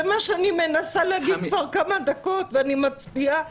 זה מה שאני מנסה להגיד כבר כמה דקות, ואני מצביעה.